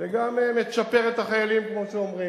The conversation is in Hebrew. וגם מצ'פר את החיילים, כמו שאומרים.